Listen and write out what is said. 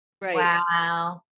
Wow